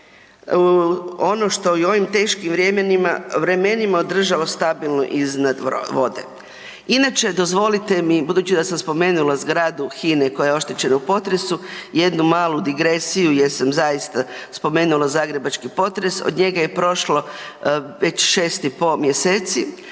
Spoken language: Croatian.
ono što i u ovim teškim vrjemenima, vremenima održao stabilno iznad vode. Inače dozvolite mi, budući da sam spomenula zgradu Hine koja je oštećena u potresu, jednu malu digresiju gdje sam zaista spomenula zagrebački potres, od njega je prošlo već 6 i po mjeseci,